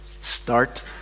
Start